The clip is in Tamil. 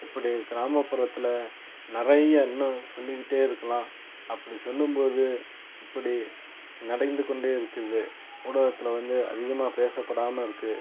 இப்படி கிராமபுரத்தில் நிறைய இன்னும் சொல்லிகிட்டே இருக்கலாம் அப்படி சொல்லும் போது இப்படி நடந்து கொண்டே இருக்கிறது ஊடகத்தில் வந்து அதிகமாக பேசப்படாமல் இருக்குது